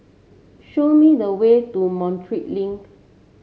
show me the way to Montreal Link